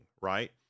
right